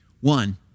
One